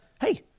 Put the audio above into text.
hey